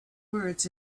words